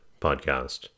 podcast